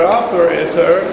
operator